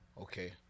okay